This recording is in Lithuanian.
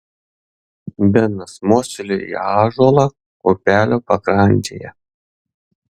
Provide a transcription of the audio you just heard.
benas mostelėjo į ąžuolą upelio pakrantėje